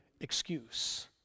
excuse